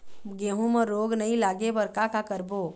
गेहूं म रोग नई लागे बर का का करबो?